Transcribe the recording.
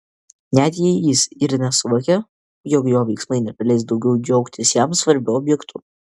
net jei jis ir nesuvokė jog jo veiksmai nebeleis daugiau džiaugtis jam svarbiu objektu